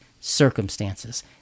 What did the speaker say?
circumstances